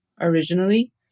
originally